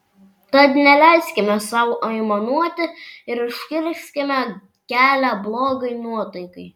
tad neleiskime sau aimanuoti ir užkirskime kelią blogai nuotaikai